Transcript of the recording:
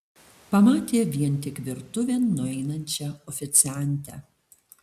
pamatė vien tik virtuvėn nueinančią oficiantę